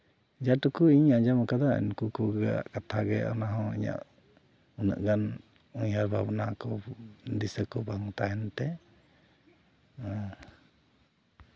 ᱡᱮᱴᱩᱠᱩ ᱤᱧ ᱟᱸᱡᱚᱢ ᱠᱟᱫᱟ ᱩᱱᱠᱩ ᱠᱚᱜᱮ ᱠᱟᱛᱷᱟᱜᱮ ᱚᱱᱟᱦᱚᱸ ᱤᱧᱟᱹᱜ ᱩᱱᱟᱹᱜ ᱜᱟᱱ ᱩᱭᱦᱟᱹᱨ ᱵᱷᱟᱵᱽᱱᱟ ᱠᱚ ᱫᱤᱥᱟᱹ ᱠᱚ ᱵᱟᱝ ᱛᱟᱦᱮᱱ ᱛᱮ ᱦᱮᱸ